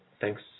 thanks